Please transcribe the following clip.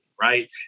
Right